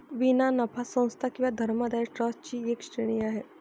विना नफा संस्था किंवा धर्मदाय ट्रस्ट ची एक श्रेणी आहे